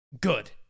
good